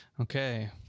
Okay